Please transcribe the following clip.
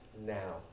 now